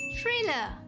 Thriller